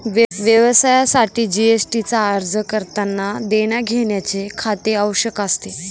व्यवसायासाठी जी.एस.टी चा अर्ज करतांना देण्याघेण्याचे खाते आवश्यक असते